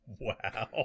Wow